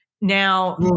Now